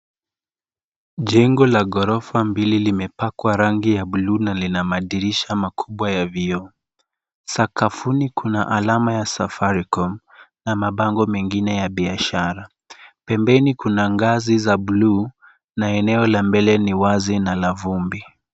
Jengo la ghorofa mbili limepakwa rangi ya bluu na lina madirisha makubwa ya vioo. Sakafuni kuna alama ya, safaricom, na mabango mengine ya biashara. Pembeni kuna ngazi za bluu na eneo la mbele ni wazi na la vumbi.